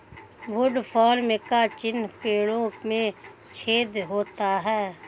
woodworm का चिन्ह पेड़ों में छेद होता है